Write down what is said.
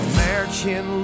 American